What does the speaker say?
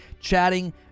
Chatting